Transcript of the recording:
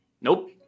Nope